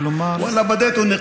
(אומר דברים בשפה הערבית, להלן